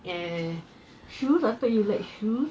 shoes I thought you like shoes